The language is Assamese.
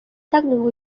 তাক